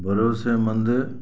भरोसेमंद